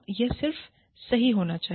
यह सिर्फ सही होना चाहिए